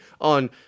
on